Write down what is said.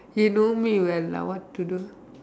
you know me when lah what to do